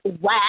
Wow